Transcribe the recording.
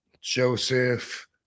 Joseph